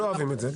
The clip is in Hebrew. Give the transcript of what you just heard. לא אוהבים את זה.